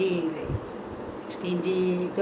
he will always make the children wait